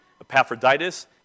Epaphroditus